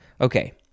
Okay